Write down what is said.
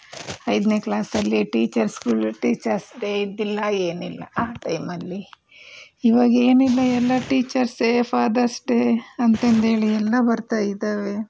ಐದನೇ ಕ್ಲಾಸಲ್ಲಿ ಟೀಚರ್ಸ್ಗಳು ಟೀಚರ್ಸ್ ಡೇ ಇದ್ದಿಲ್ಲ ಏನಿಲ್ಲ ಆ ಟೈಮಲ್ಲಿ ಇವಾಗೇನಿಲ್ಲ ಎಲ್ಲ ಟೀಚರ್ಸ್ ಡೇ ಫಾದರ್ಸ್ ಡೇ ಅಂತಂಧೇಳಿ ಎಲ್ಲ ಬರ್ತಾಯಿದ್ದಾವೆ